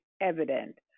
evident